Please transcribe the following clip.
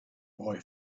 boy